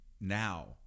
now